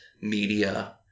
media